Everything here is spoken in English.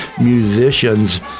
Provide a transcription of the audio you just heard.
musicians